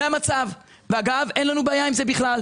זה המצב, ואגב, אין לנו בעיה עם זה בכלל.